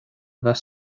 bheith